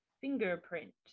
fingerprint